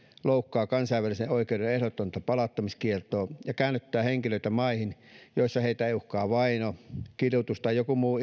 loukkaa kansainvälisen oikeuden ehdotonta palauttamiskieltoa ja käännyttää henkilöitä maihin joissa heitä uhkaa vaino kidutus tai joku muu